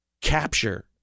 capture